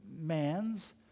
Mans